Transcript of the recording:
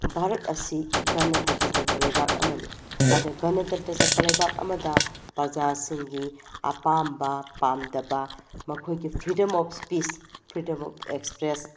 ꯚꯥꯔꯠ ꯑꯁꯤ ꯒꯅꯇꯟꯇ꯭ꯔ ꯆꯠꯄ ꯂꯩꯕꯥꯛ ꯑꯃꯅꯤ ꯑꯗ ꯒꯅꯇꯟꯇ꯭ꯔ ꯆꯠꯄ ꯂꯩꯕꯥꯛ ꯑꯃꯗ ꯄ꯭ꯔꯖꯥꯁꯤꯡꯒꯤ ꯑꯄꯥꯝꯕ ꯄꯥꯝꯗꯕ ꯃꯈꯣꯏꯒꯤ freedom of speech freedom of express